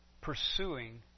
pursuing